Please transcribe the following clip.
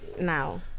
now